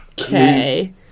okay